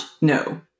no